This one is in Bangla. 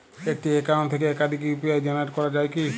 একটি অ্যাকাউন্ট থেকে একাধিক ইউ.পি.আই জেনারেট করা যায় কি?